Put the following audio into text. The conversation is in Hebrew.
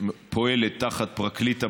שפועלת תחת פרקליט המדינה,